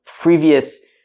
previous